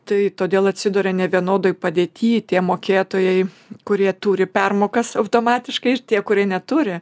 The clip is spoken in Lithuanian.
tai todėl atsiduria nevienodoj padėty tie mokėtojai kurie turi permokas automatiškai ir tie kurie neturi